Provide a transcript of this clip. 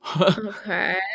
Okay